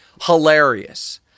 hilarious